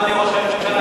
בעד חוק התכנון והבנייה?